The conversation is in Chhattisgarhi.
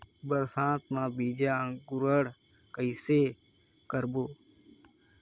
बरसात मे बीजा अंकुरण कइसे करबो?